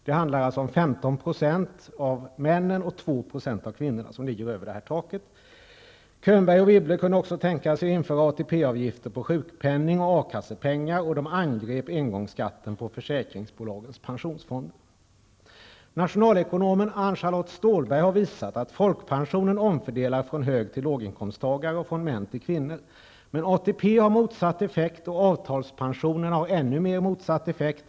Det är 15 % av männen och 2 % av kvinnorna som ligger över detta tak. Könberg och Wibble kunde vidare tänka sig att införa ATP-avgifter på sjukpenning och a-kassepengar. De angrep engångsskatten på försäkringsbolagens pensionsfonder. Nationalekonomen Ann-Charlotte Stålberg har visat att folkpensionen omfördelar från hög till låginkomsttagare och från män till kvinnor. Men ATP har motsatt effekt och avtalspensionen har ännu mer motsatt effekt.